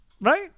right